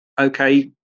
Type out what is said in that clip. okay